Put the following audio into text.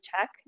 check